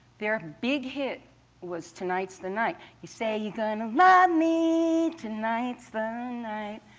their big hit was tonight's the night. you say you're gonna love me, tonight's the night.